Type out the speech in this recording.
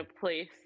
place